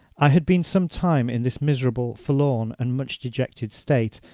i had been some time in this miserable, forlorn, and much dejected state,